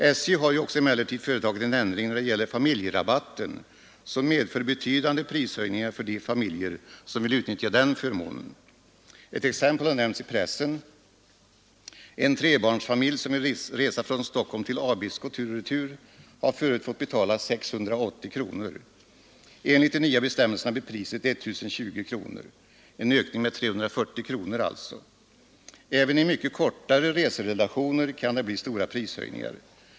Emellertid har ju SJ också företagit en ändring när det gäller familjerabatten, som medför betydande prishöjningar för de familjer som vill utnyttja den förmånen. Exempel har nämnts i pressen. En trebarnsfamilj som vill resa Stockholm-—Abisko tur och retur har förut fått betala 680 kronor. Enligt de nya bestämmelserna blir priset 1 020 kronor, alltså en ökning med 340 kronor. Även för mycket kortare resor kan det bli stora prishöjningar.